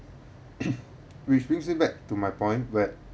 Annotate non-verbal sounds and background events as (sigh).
(coughs) which brings me back to my point where